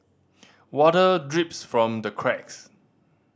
water drips from the cracks